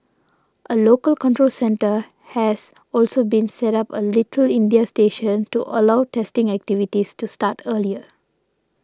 a local control centre has also been set up a Little India station to allow testing activities to start earlier